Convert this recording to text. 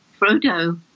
Frodo